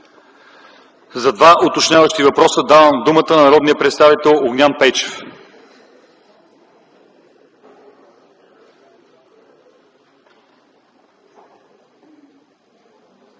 За два уточняващи въпроса давам думата на народния представител Огнян Пейчев.